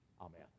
Amen